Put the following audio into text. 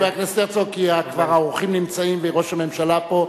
האורחים כבר נמצאים וראש הממשלה פה,